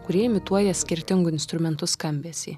kurie imituoja skirtingų instrumentų skambesį